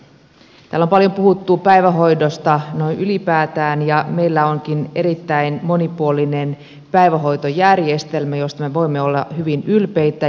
täällä on paljon puhuttu päivähoidosta noin ylipäätään ja meillä onkin erittäin monipuolinen päivähoitojärjestelmä josta me voimme olla hyvin ylpeitä